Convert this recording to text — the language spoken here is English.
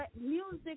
music